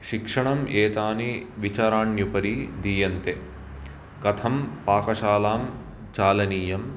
शिक्षणम् एतानि वितरान्युपरि दीयन्ते कथं पाकशालां चालनीयम्